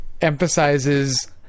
emphasizes